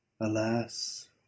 alas